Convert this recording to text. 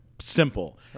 Simple